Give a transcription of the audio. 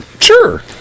Sure